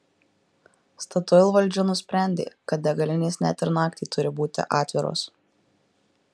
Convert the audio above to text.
statoil valdžia nusprendė kad degalinės net ir naktį turi būti atviros